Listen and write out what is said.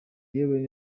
yewe